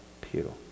pew